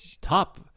top